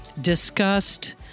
discussed